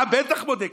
אתה בטח מודה,